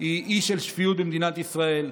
היא אי של שפיות במדינת ישראל.